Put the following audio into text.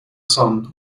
son